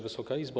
Wysoka Izbo!